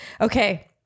Okay